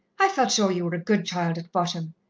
i felt sure ye were a good child at bottom.